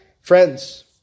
Friends